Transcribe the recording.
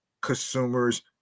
consumers